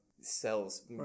cells